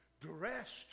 dressed